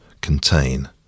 contain